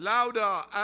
Louder